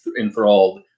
enthralled